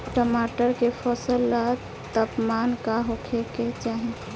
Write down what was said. टमाटर के फसल ला तापमान का होखे के चाही?